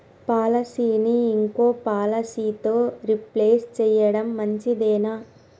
పాలసీని ఇంకో పాలసీతో రీప్లేస్ చేయడం మంచిదేనా?